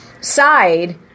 side